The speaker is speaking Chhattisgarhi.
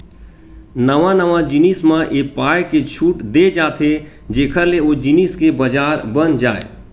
नवा नवा जिनिस म ए पाय के छूट देय जाथे जेखर ले ओ जिनिस के बजार बन जाय